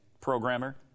programmer